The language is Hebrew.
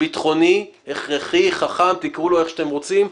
ביטחוני הכרחי וחכם, תקראו לו איך שאתם רוצים.